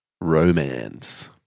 romance